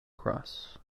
cross